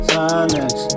Silence